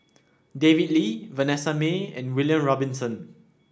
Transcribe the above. David Lee Vanessa Mae and William Robinson